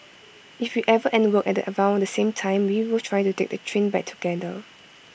if we ever end work at around the same time we will try to take the train back together